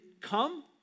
come